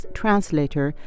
translator